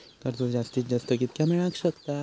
कर्ज जास्तीत जास्त कितक्या मेळाक शकता?